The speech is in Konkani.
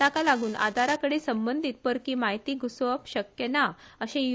ताका लागून आधाराकडेन संबंधित परकी म्हायती घ्रसोवप शक्य ना अशेय यू